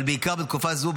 אבל בעיקר בתקופה הזו,